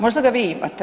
Možda ga vi imate?